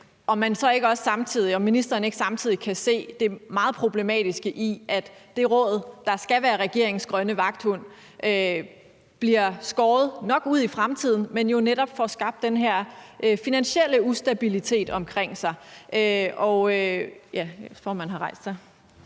kan man så ikke også samtidig se det meget problematiske i, at det råd, der skal være regeringens grønne vagthund, bliver der skåret på? Det er nok ude i fremtiden, men man får jo netop skabt den her finansielle ustabilitet omkring sig. Jeg kan se, at formanden har rejst sig.